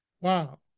Wow